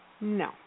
No